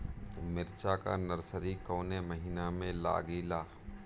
मिरचा का नर्सरी कौने महीना में लागिला?